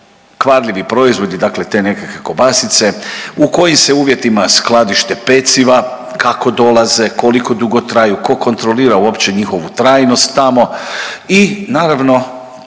kvarljivi proizvodi, dakle te nekakve kobasice, u kojim se uvjetima skladište peciva, kako dolaze, koliko dugo traju, tko kontrolira uopće njihovu trajnost tamo. I naravno